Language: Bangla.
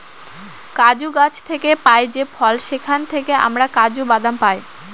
কাজু গাছ থেকে পাই যে ফল সেখান থেকে আমরা কাজু বাদাম পাই